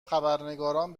خبرنگاران